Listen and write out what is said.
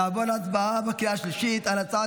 נעבור להצבעה בקריאה השלישית על הצעת